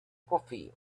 coffee